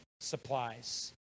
supplies